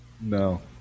No